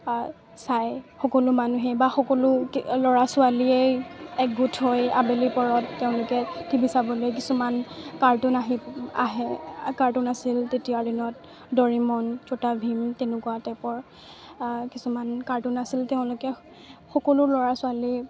চাই সকলো মানুহে বা সকলো ল'ৰা ছোৱালীয়েই একগোট হৈ আবেলি পৰত তেওঁলোকে টি ভি চাবলৈ কিছুমান কাৰ্টুন আহি আহে কাৰ্টুন আছিল তেতিয়াৰ দিনত দৰিমন চটা ভীম তেনেকুৱা টেপৰ কিছুমান কাৰ্টুন আছিল তেওঁলোকে সকলো ল'ৰা ছোৱালী